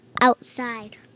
outside